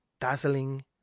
dazzling